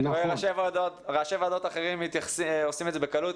ראשי ועדות אחרים עושים את זה בקלות,